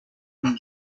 une